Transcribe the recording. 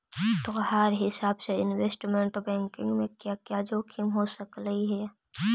तोहार हिसाब से इनवेस्टमेंट बैंकिंग में क्या क्या जोखिम हो सकलई हे